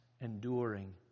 enduring